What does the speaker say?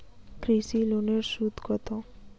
কৃষি লোনের সুদ কত?